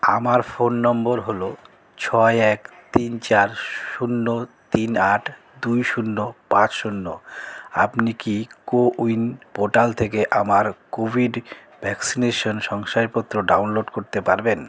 আমার phone number হলো ছয় এক তিন চার শূন্য তিন আট দুই শূন্য পাঁচ শূন্য আপনি কি কো উইন পোর্টাল থেকে আমার কোভিড ভ্যাকসিনেশান শংসাপত্র ডাউনলোড করতে পারবেন